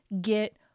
get